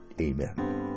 amen